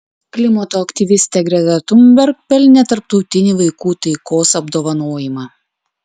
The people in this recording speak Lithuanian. klimato aktyvistė greta thunberg pelnė tarptautinį vaikų taikos apdovanojimą